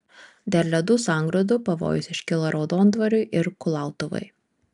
dėl ledų sangrūdų pavojus iškilo raudondvariui ir kulautuvai